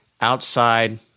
outside